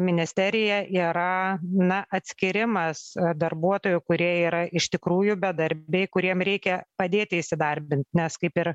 ministerija yra na atskyrimas darbuotojų kurie yra iš tikrųjų bedarbiai kuriem reikia padėti įsidarbint nes kaip ir